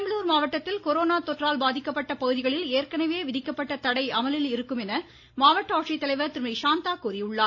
பெரம்பலூர் மாவட்டத்தில் கொரோனா தொற்றால் பாதிக்கப்பட்ட பகுதிகளில் ஏற்கனவே விதிக்கப்பட்ட தடை அமலில் இருக்கும் என மாவட்ட ஆட்சித்தலைவர் திருமதி சாந்தா தெரிவித்துள்ளார்